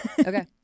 Okay